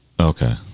Okay